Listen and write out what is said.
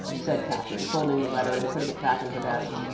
said katherine, folding the letter and putting it back in her desk.